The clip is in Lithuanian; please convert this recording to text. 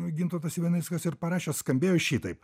gintautas ivanickas ir parašęs skambėjo šitaip